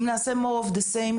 אם נעשה עוד מאותו דבר,